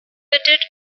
fitted